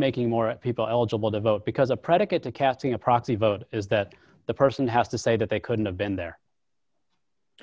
making more people eligible to vote because a predicate to casting a proxy vote is that the person has to say that they couldn't have been there